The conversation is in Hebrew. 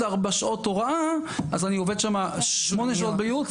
ארבע שעות הוראה אז אני עובד שמה שמונה שעות בייעוץ